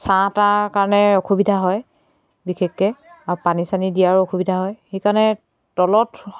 ছাঁ তাৰ কাৰণে অসুবিধা হয় বিশেষকৈ আৰু পানী চানী দিয়াৰো অসুবিধা হয় সেইকাৰণে তলত